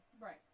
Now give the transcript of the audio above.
right